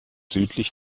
südlich